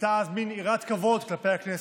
הייתה אז מין יראת כבוד כלפי הכנסת,